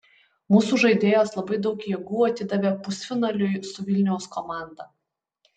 mūsų žaidėjos labai daug jėgų atidavė pusfinaliui su vilniaus komanda